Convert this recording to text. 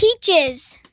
Peaches